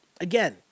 again